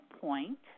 point